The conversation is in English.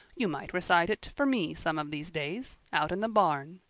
you might recite it for me some of these days, out in the barn,